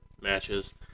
matches